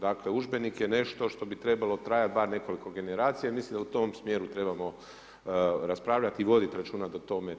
Dakle, udžbenik je nešto što bi trebalo trajati bar nekoliko generacija i mislim da u tom smjeru trebamo raspravljati i voditi računa da tome tako bude.